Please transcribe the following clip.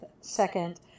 second